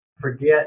forget